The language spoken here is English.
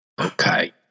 Okay